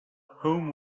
whom